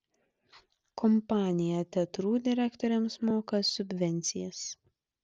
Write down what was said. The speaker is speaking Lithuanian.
kompanija teatrų direktoriams moka subvencijas